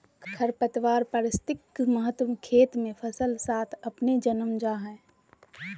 खरपतवार पारिस्थितिक महत्व खेत मे फसल साथ अपने जन्म जा हइ